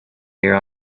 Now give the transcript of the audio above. here